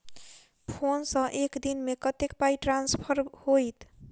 Phone सँ एक दिनमे कतेक पाई ट्रान्सफर होइत?